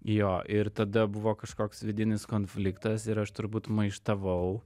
jo ir tada buvo kažkoks vidinis konfliktas ir aš turbūt maištavau